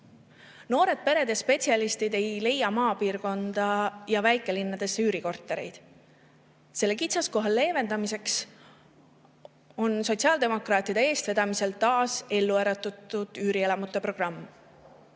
Noored pered ja spetsialistid ei leia maapiirkonnas ja väikelinnas üürikortereid. Selle kitsaskoha leevendamiseks on sotsiaaldemokraatide eestvedamisel taas ellu äratatud üürielamute programm.